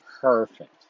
perfect